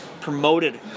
promoted